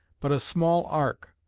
but a small ark,